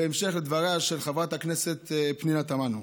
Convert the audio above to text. בהמשך לדבריה של חברת הכנסת פנינה תמנו,